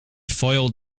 foiled